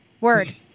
Word